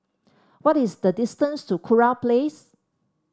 what is the distance to Kurau Place